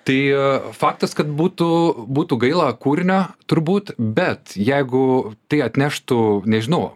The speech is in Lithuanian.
tai faktas kad būtų būtų gaila kūrinio turbūt bet jeigu tai atneštų nežinau